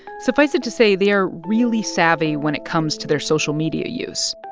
suffice it to say they are really savvy when it comes to their social media use.